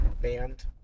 band